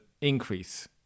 increase